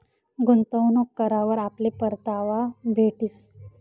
गुंतवणूक करावर आपले परतावा भेटीस